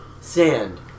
Sand